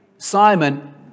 Simon